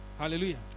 Hallelujah